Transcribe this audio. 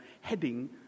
heading